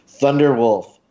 Thunderwolf